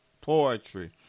poetry